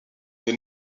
des